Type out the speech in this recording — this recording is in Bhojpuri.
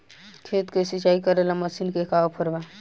खेत के सिंचाई करेला मशीन के का ऑफर बा?